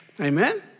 Amen